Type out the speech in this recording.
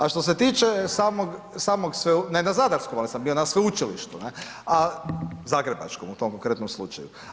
A što se tiče samog, ne na zadarskom ali sam bio na sveučilištu, ne, zagrebačkog, u tom konkretnom slučaju.